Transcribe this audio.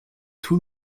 too